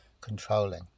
controlling